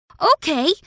Okay